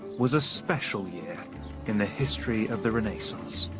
was a special year in the history of the renaissance